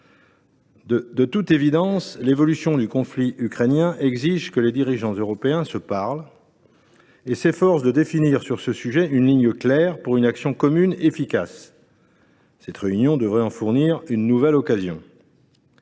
De toute évidence, l’évolution du conflit ukrainien exige que les dirigeants européens se parlent et s’efforcent de définir sur le sujet une ligne claire pour une action commune efficace. Cette réunion devrait fournir une nouvelle occasion